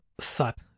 thought